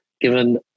given